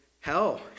hell